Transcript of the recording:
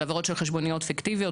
על עבירות של חשבוניות פיקטיביות,